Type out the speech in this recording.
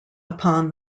upon